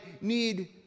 need